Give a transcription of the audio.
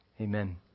Amen